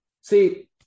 See